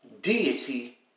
deity